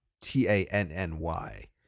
T-A-N-N-Y